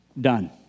done